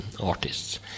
artists